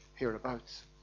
hereabouts